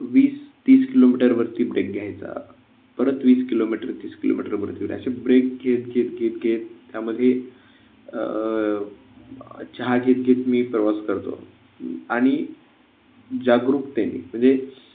वीस तीस किलोमीटरवरती ब्रेक घ्यायचा परत वीस किलोमीटर तीस किलोमीटरवरती असे ब्रेक घेत घेत घेत घेत त्यामध्ये चहा घेत घेत मी प्रवास करतो आणि जागरूकतेने म्हणजे